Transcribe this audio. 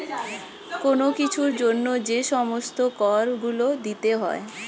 কোন কিছুর জন্য যে সমস্ত কর গুলো দিতে হয়